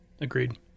Agreed